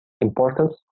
importance